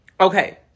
Okay